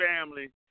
family